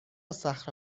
صخره